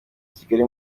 kigali